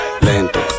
Lento